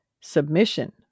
submission